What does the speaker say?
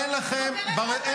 יש לנו יכולת להבין מה היא עושה.